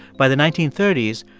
by the nineteen thirty s,